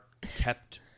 kept